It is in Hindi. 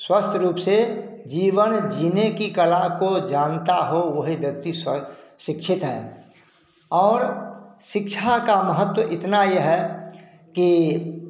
स्वस्थ रूप से जीवन जीने की कला को जानता हो वही व्यक्ति स्व शिक्षित है और शिक्षा का महत्व इतना यह है कि